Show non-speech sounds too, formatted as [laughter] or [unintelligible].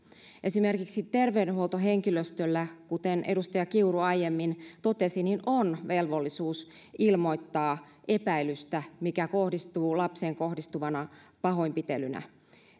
esimerkiksi terveydenhuoltohenkilöstöllä kuten edustaja kiuru aiemmin totesi on velvollisuus ilmoittaa epäilystä joka kohdistuu lapseen kohdistuvaan [unintelligible] pahoinpitelyyn